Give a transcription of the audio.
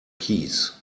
keys